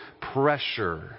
pressure